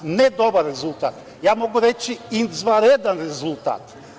Ne dobar rezultat, mogu reći izvanredan rezultat.